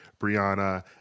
Brianna